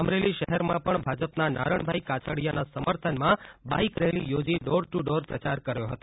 અમરેલી શહેરમાં પણ ભાજપના નારણભાઈ કાછડિયાના સમર્થનમાં બાઇક રેલી યોજી ડોર ટૂ ડોર પ્રચાર કર્યો હતો